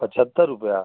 पचहत्तर रुपये